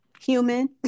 human